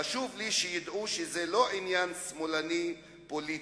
חשוב לי שידעו שזה לא עניין שמאלני פוליטי,